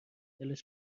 دلش